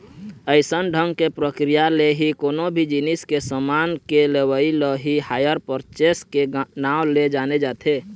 अइसन ढंग के प्रक्रिया ले ही कोनो भी जिनिस के समान के लेवई ल ही हायर परचेस के नांव ले जाने जाथे